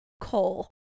Coal